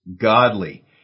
Godly